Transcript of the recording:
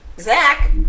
Zach